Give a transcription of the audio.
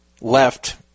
left